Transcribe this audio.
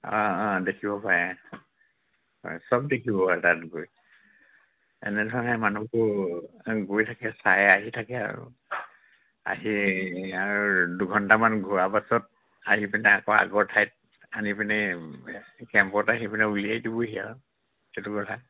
অঁ অঁ দেখিব পাৰে হয় সব দেখিব পাৰে তাত গৈ এনেধৰণে মানুহবোৰ গৈ থাকে চাই আহি থাকে আৰু আহি আৰু দুঘণ্টামান ঘূৰা পাছত আহি পিনে আকৌ আগৰ ঠাইত আনি পিনে কেম্পতে আহি পিনে উলিয়াই দিবহি আৰু সেইটো কথা